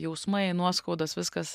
jausmai nuoskaudos viskas